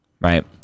right